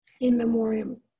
in-memoriam